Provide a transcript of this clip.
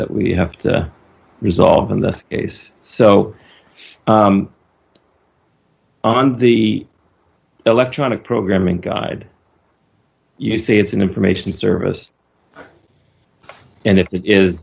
that we have to resolve in the case so on the electronic programming guide you say it's an information service and if i